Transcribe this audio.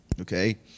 Okay